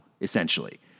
essentially